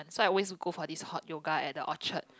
so I always go for this hot yoga at the Orchard